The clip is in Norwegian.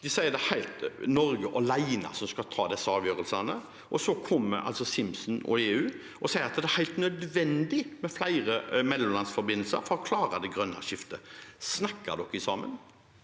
Den sier at det er Norge alene som skal ta disse avgjørelsene. Så kommer altså Simson og EU og sier at det er helt nødvendig med flere mellomlandsforbindelser for å klare det grønne skiftet. Snakker dere sammen?